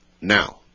now